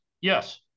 Yes